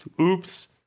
Oops